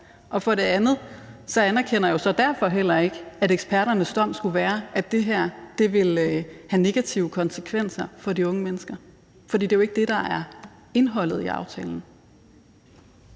Og for det andet anerkender jeg så derfor heller ikke, at eksperternes dom skulle være, at det her ville have negative konsekvenser for de unge mennesker, for det er jo ikke det, der er indholdet i aftalen.